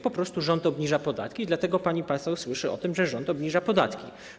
Po prostu rząd obniża podatki i dlatego pani poseł słyszy o tym, że rząd obniża podatki.